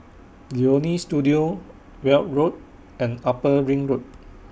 Leonie Studio Weld Road and Upper Ring Road